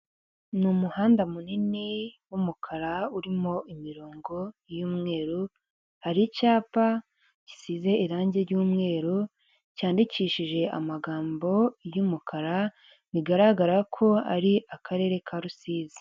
Ni umuhanda munini w'umukara urimo imirongo y'umweru hari icyapa gisize irangi ry'umweru cyandikishije amagambo yumukara bigaragara ko ari akarere ka Rusizi.